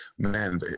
man